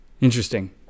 Interesting